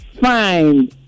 Fine